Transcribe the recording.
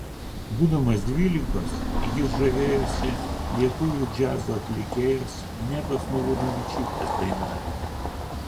būdamas dvylikos jis žavėjosi lietuvių džiazo atlikėjos nedos malūnavičiūtės dainavimu